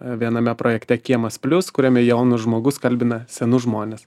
viename projekte kiemas plius kuriame jaunas žmogus kalbina senus žmones